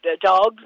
dogs